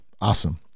Awesome